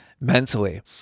mentally